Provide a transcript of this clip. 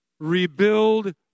Rebuild